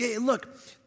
Look